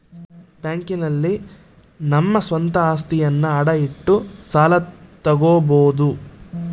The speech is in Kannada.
ಬ್ಯಾಂಕ್ ನಲ್ಲಿ ನಮ್ಮ ಸ್ವಂತ ಅಸ್ತಿಯನ್ನ ಅಡ ಇಟ್ಟು ಸಾಲ ತಗೋಬೋದು